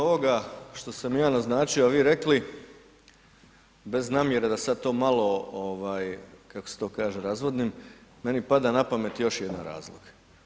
Osim ovoga što sam ja naznačio, a vi rekli, bez namjere da sad to malo ovaj kako se to kaže razvodnim, meni pada napamet još jedna razlog.